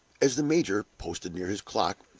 as the major, posted near his clock,